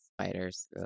spiders